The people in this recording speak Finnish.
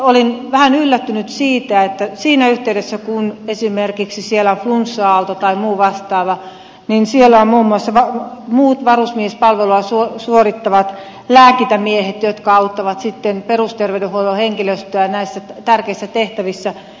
olin vähän yllättynyt siitä että siinä yhteydessä kun esimerkiksi siellä on flunssa aalto tai muu vastaava siellä muun muassa muut varusmiespalvelua suorittavat lääkintämiehet auttavat sitten perusterveydenhuollon henkilöstöä näissä tärkeissä tehtävissä